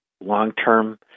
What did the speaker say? long-term